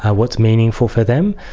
what's meaningful for them,